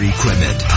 Equipment